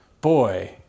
Boy